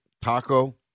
taco